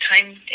time